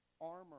armor